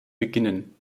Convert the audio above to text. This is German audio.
beginnen